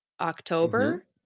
October